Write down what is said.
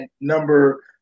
number